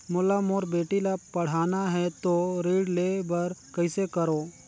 मोला मोर बेटी ला पढ़ाना है तो ऋण ले बर कइसे करो